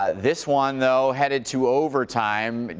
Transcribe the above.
ah this one, though, headed to overtime.